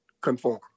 conform